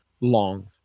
long